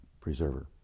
preserver